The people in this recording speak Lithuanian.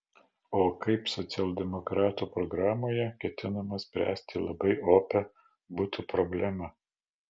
o kaip socialdemokratų programoje ketinama spręsti labai opią butų problemą